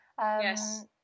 yes